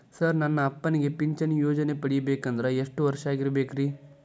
Sir ನನ್ನ ಅಪ್ಪನಿಗೆ ಪಿಂಚಿಣಿ ಯೋಜನೆ ಪಡೆಯಬೇಕಂದ್ರೆ ಎಷ್ಟು ವರ್ಷಾಗಿರಬೇಕ್ರಿ?